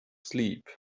asleep